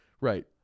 Right